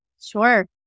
Sure